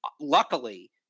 luckily